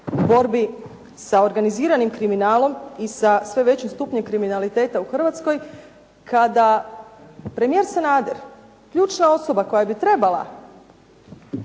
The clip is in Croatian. u borbi sa organiziranim kriminalom i sa sve većim stupnjem kriminaliteta u Hrvatskoj kada premijer Sanader, ključna osoba koja bi trebala